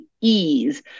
ease